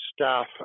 staff